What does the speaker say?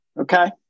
Okay